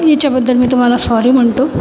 ह्याच्याबद्दल मी तुम्हाला सॉरी म्हणतो